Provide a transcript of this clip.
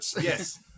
Yes